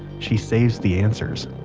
she saves the answers